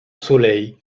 soleil